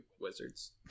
wizards